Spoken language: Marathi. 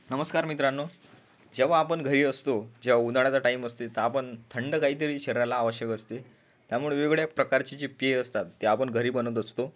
नमस्कार मित्रांनो जेव्हा आपण घरी असतो जेव उन्हाळ्याचा टाईम असते त आपण थंड काहीतरी शरीराला आवश्यक असते त्यामुळे वेगवेगळ्या प्रकारची जी पेय असतात ती आपण घरी बनवत असतो